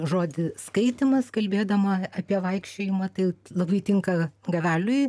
žodį skaitymas kalbėdama apie vaikščiojimą tai labai tinka gaveliui